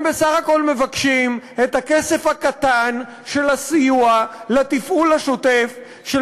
הם בסך הכול מבקשים את הכסף הקטן של הסיוע לתפעול השוטף של